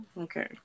okay